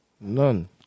None